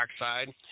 oxide